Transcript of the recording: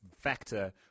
factor